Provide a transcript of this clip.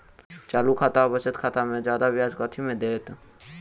चालू खाता आओर बचत खातामे जियादा ब्याज कथी मे दैत?